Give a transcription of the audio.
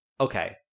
Okay